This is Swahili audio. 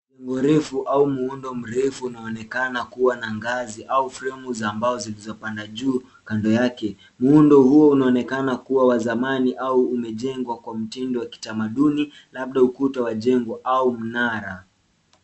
Jengo refu au muundo mrefu unaonekana kuwa na ngazi au fremu za mbao zilizopanda juu kando yake. Muundo huu unaonekana kuwa wa zamani au umejengwa kwa mtindo wa kitamaduni, labda ukuta wa jengo au mnara.